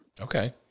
okay